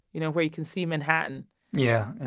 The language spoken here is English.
you know, where you can see manhattan yeah,